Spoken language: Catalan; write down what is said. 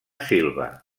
silva